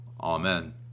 Amen